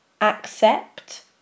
Accept